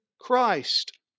Christ